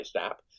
app